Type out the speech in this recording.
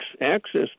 access